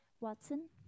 Watson